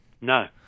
No